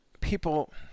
people